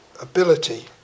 ability